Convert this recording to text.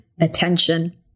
attention